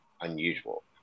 unusual